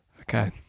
Okay